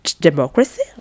Democracy